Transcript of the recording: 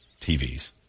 TVs